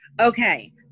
Okay